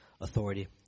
authority